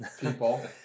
people